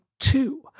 Two